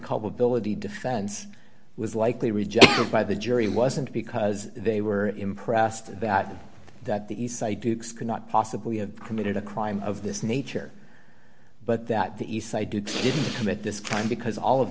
culpability defense was likely rejected by the jury wasn't because they were impressed that the east side dukes could not possibly have committed a crime of this nature but that the east side did commit this crime because all of